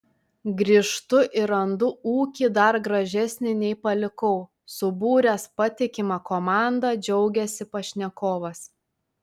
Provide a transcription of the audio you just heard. grįžtu ir randu ūkį dar gražesnį nei palikau subūręs patikimą komandą džiaugiasi pašnekovas